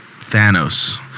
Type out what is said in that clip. Thanos